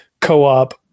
co-op